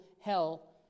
hell